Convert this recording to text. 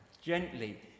gently